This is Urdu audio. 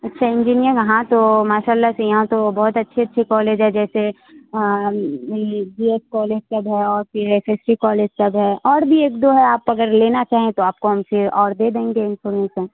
اچھا انجینئر ہاں تو ماشاء اللہ سے یہاں تو بہت اچھی اچھی کالج ہے جیسے جی ایس کالج سب ہے اور پھر ایس ایس سی کالج سب ہے اور بھی ایک دو ہے آپ اگر لینا چاہیں تو آپ کو ہم سے اور دے دیں گے انفارمیشن